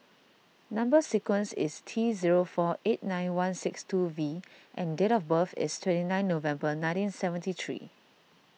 Number Sequence is T zero four eight nine one six two V and date of birth is twenty nine November nineteen seventy three